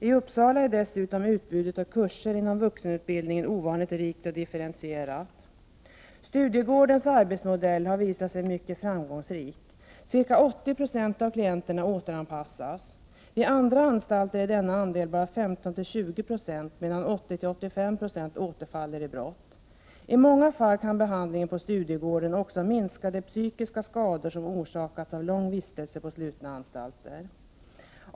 I Uppsala är dessutom utbudet av kurser inom vuxenutbildningen ovanligt rikt och differentierat. Studiegårdens arbetsmodell har visat sig mycket framgångsrik. Ca 80 96 av klienterna återanpassas. Vid andra anstalter är denna andel bara 15—20 96, medan 80-85 2 återfaller i brott. I många fall kan behandlingen på Studiegården också minska de psykiska skador som orsakats av lång vistelse på slutna anstalter.